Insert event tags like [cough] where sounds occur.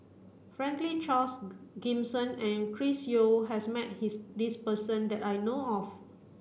Franklin Charles [unintelligible] Gimson and Chris Yeo has met his this person that I know of